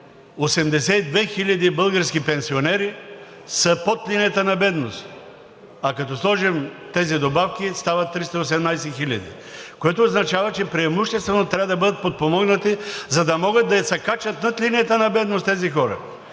782 хиляди български пенсионери са под линията на бедност, а като сложим тези добавки, стават 318 хиляди. Което означава, че преимуществено трябва да бъдат подпомогнати, за да могат да се качат над линията на бедност тези хора.